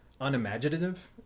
unimaginative